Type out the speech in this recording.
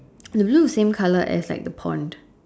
the blue is same colour as like the pond